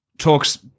talks